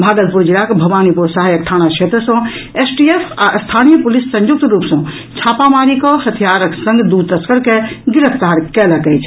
भागलपुर जिलाक भवानीपुर सहायक थाना क्षेत्र सँ एसटीएफ आ स्थानीय पुलिस संयुक्त रूप सँ छापामारी कऽ हथियारक संग दू तस्कर के गिरफ्तार कयलक अछि